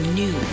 new